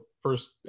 first